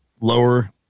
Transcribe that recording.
lower